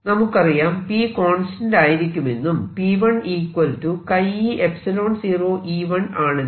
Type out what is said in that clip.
നമുക്കറിയാം P constant ആയിരിക്കുമെന്നും P1 e 0 E1 ആണെന്നും